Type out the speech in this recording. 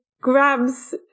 grabs